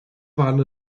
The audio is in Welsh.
fan